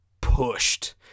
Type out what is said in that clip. pushed